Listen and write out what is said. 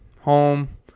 Home